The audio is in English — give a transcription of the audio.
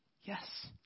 yes